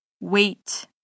wait